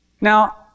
Now